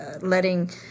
letting